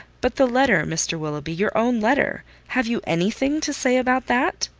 but the letter, mr. willoughby, your own letter have you any thing to say about that?